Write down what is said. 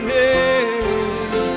name